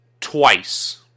twice